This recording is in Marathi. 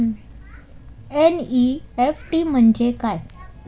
एन.इ.एफ.टी म्हणजे काय?